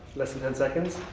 less than ten seconds,